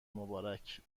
مبارک